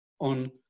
on